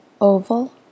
Oval